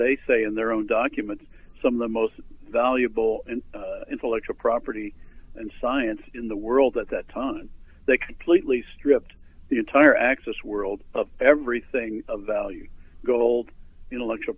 they say in their own documents some of the most valuable and intellectual property and science in the world at that time they completely stripped the entire access world of everything of value gold intellectual